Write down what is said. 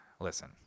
Listen